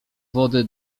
wody